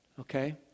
okay